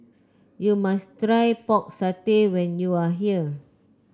you must try Pork Satay when you are here